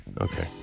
Okay